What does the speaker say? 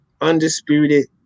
undisputed